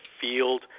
field